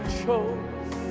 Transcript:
chose